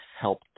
help